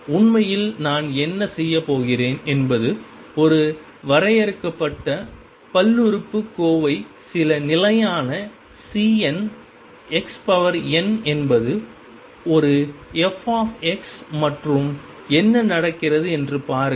உண்மையில் நான் என்ன செய்யப் போகிறேன் என்பது ஒரு வரையறுக்கப்பட்ட பல்லுறுப்புக் கோவை சில நிலையான Cn xn என்பது ஒரு f x மற்றும் என்ன நடக்கிறது என்று பாருங்கள்